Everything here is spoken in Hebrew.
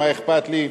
מה אכפת לי?